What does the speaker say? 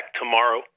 tomorrow